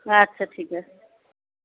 আচ্ছা ঠিক আছে